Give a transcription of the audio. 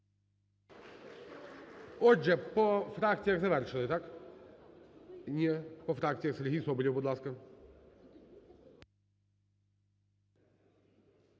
Отже, по фракціях завершили, так? Ні. По фракціях, Сергій Соболєв, будь ласка.